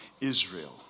Israel